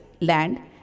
land